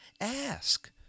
Ask